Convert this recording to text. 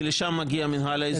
כי לשם מגיע המינהל האזרחי.